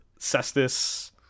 Cestus